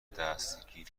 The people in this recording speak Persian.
دستگیر